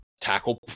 tackle